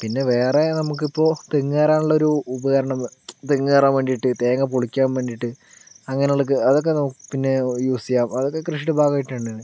പിന്നെ വേറെ നമുക്കിപ്പോൾ തെങ്ങ് കയറാനുള്ള ഒരു ഉപകരണം തെങ്ങ് കയറാൻ വേണ്ടീട്ട് തേങ്ങ പൊളിക്കാൻ വേണ്ടീട്ട് അങ്ങനെയുള്ള അതൊക്കെ പിന്നെ യൂസ് ചെയ്യാം അതൊക്കെ കൃഷിയുടെ ഭാഗമായിട്ടുണ്ട്